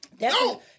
No